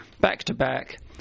back-to-back